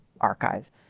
archive